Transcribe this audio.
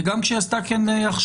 וגם כשהיא עשתה כן עכשיו,